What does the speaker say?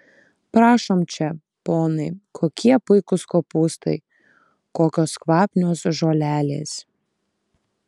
prašom čia ponai kokie puikūs kopūstai kokios kvapnios žolelės